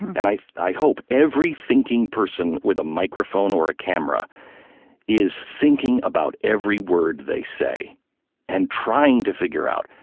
and i i hope every thinking person with a microphone or a camera is thinking about every word they say and trying to figure out,